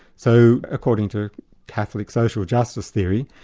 so according to catholic social justice theory,